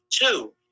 Two